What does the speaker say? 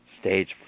stage